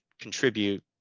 contribute